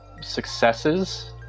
successes